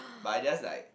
but I just like